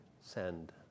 send